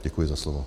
Děkuji za slovo.